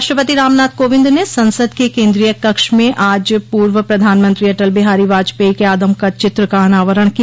राष्ट्रपति रामनाथ कोविंद ने संसद के केन्द्रीय कक्ष में आज पूर्व प्रधानमंत्री अटल बिहारी वाजपेयी के आदमकद चित्र का अनावरण किया